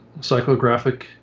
psychographic